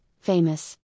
famous